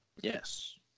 Yes